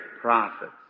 prophets